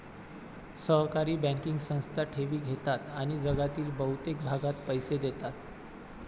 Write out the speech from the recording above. सहकारी बँकिंग संस्था ठेवी घेतात आणि जगातील बहुतेक भागात पैसे देतात